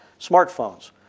smartphones